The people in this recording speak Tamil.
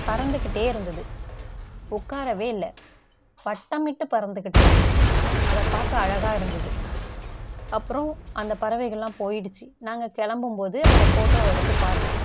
பறந்துகிட்டே இருந்தது உட்காரவே இல்லை பட்டமிட்டு பறந்துகிட்டுருந்தது அதை பார்க்க அழகாக இருந்தது அப்புறோம் அந்த பறவைகள்லாம் போயிடுச்சு நாங்கள் கிளம்பும்போது அந்த ஃபோட்டோவை எடுத்து பார்த்தேன்